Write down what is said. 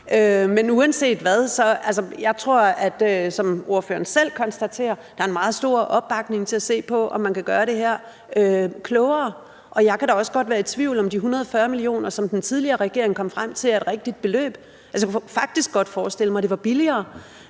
Men uanset hvad tror jeg, som ordføreren selv konstaterer, at der er en meget stor opbakning til at se på, om man kan gøre det her klogere. Jeg kan da også godt være i tvivl om, om de 140 mio. kr., som den tidligere regering kom frem til, er et rigtigt beløb. Jeg kunne faktisk godt forestille mig, at det var billigere.